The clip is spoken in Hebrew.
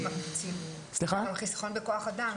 רבותיי, אזרח בא ואומר לי,